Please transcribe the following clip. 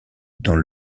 dans